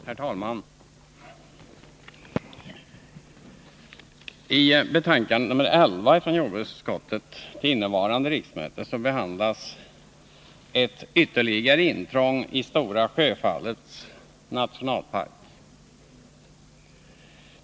Herr talman! I betänkande nr 11 från jordbruksutskottet till innevarande riksmöte behandlas frågan om ett ytterligare intrång i Stora Sjöfallets nationalpark.